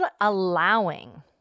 allowing